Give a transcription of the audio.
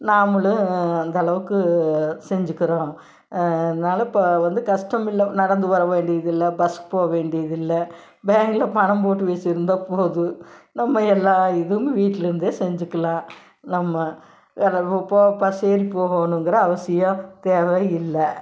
நாமளும் அந்த அளவுக்கு செஞ்சிக்கிறோம் அதனால இப்போ வந்து கஷ்டம் இல்லை நடந்து வர வேண்டியதில்லை பஸ்க்கு போக வேண்டியதில்லை பேங்கில் பணம் போட்டு வச்சிருந்தால் போதும் நம்ம எல்லா இதுவும் வீட்லருந்து செஞ்சிக்கலாம் நம்ம வேற எதுவும் போக பஸ் ஏறி போகணுங்கிற அவசியம் தேவை இல்லை